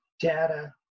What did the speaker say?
data